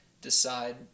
decide